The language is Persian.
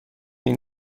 این